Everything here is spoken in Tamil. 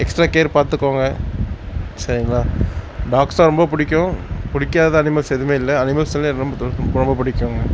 எக்ஸ்ட்ரா கேர் பார்த்துக்கோங்க சரிங்களா டாக்ஸ் தான் ரொம்ப பிடிக்கும் பிடிக்காத அனிமல்ஸ் எதுவுமே இல்லை அனிமல்ஸ் எனக்கு ரொம்ப ரொம்ப பிடிக்குங்க